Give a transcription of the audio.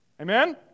Amen